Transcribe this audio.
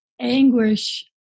anguish